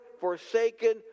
forsaken